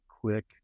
quick